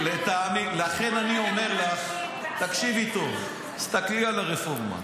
לכן אני אומר לך: תקשיבי טוב, תסתכלי על הרפורמה.